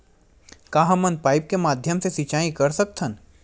का हमन पाइप के माध्यम से सिंचाई कर सकथन?